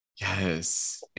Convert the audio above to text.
Yes